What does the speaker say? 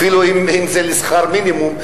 אפילו אם זה על שכר מינימום,